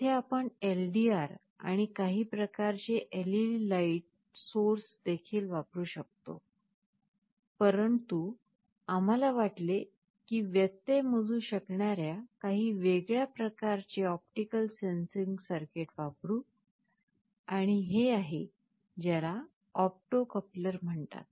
येथे आपण LDR आणि काही प्रकारचे LED लाइट सोर्स देखील वापरु शकलो असतो परंतु आम्हाला वाटले की व्यत्यय मोजू शकणाऱ्या काही वेगळ्या प्रकारचे ऑप्टिकल सेन्सिंग सर्किट वापरू आणि हे आहे ज्याला ऑप्टो कपलर म्हणतात